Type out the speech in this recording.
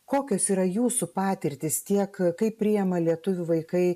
kokios yra jūsų patirtys tiek kaip priima lietuvių vaikai